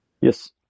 Yes